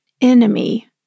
enemy